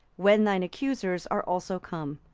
when thine accusers are also come.